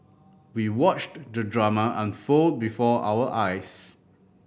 we watched the drama unfold before our eyes